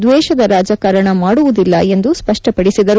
ದ್ವೇಷದ ರಾಜಕಾರಣ ಮಾಡುವುದಿಲ್ಲ ಎಂದು ಸ್ಪಷ್ವಪಡಿಸಿದರು